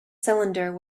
cylinder